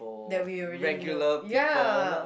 they will already know ya